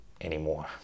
anymore